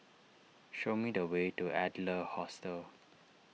show me the way to Adler Hostel